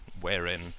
wherein